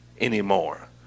anymore